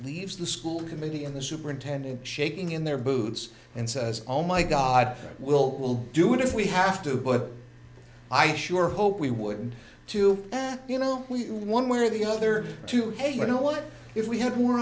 leaves the school committee and the superintendent shaking in their boots and says oh my god we'll will do it if we have to but i sure hope we would too you know we're one way or the other to hey you know what if we had more